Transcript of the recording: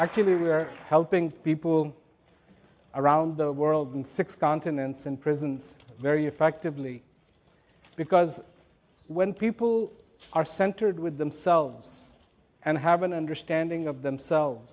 two we were helping people around the world in six continents and prisons very effectively because when people are centered with themselves and have an understanding of themselves